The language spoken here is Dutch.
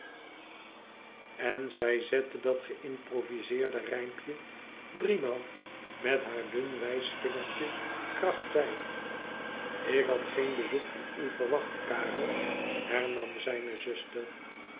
en zij zette dat geïmproviseerde rijmpje driemaal met haar dun wijsvmgertje kracht bij ik had geen bezoek van u gewacht karel hernam zijne zuster